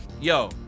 Yo